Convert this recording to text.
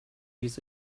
use